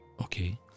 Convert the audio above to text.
Okay